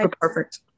perfect